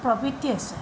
প্ৰবৃত্তি আছে